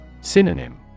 Synonym